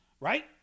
Right